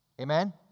Amen